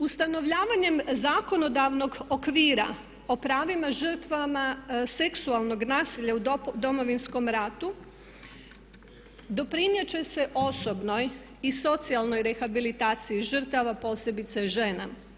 Ustanovljavanjem zakonodavnog okvira o pravima žrtava seksualnog nasilja u Domovinskom ratu doprinijet će se osobnoj i socijalnoj rehabilitaciji žrtava posebice žena.